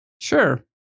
Sure